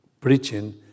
preaching